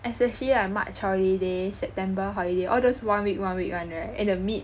especially ah March holiday September holiday all those one week one week [one] right and the mid